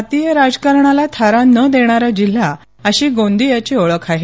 जातीय राजकारणाला थारा न देणारा जिल्हा अशी गोदियाची ओळख आहे